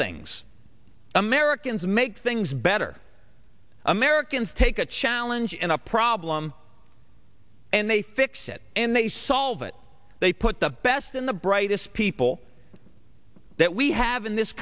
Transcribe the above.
things americans make things better americans take a challenge in a problem and they fix it and they solve it they put the best in the brightest people that we have in this